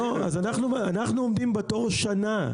לא, אנחנו עומדים בתור שנה.